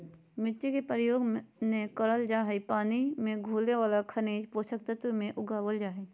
मिट्टी के प्रयोग नै करल जा हई पानी मे घुले वाला खनिज पोषक तत्व मे उगावल जा हई